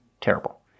terrible